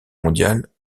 mondiale